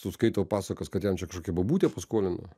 suskaito pasakas kad jam čia kažkokia bobutė paskolino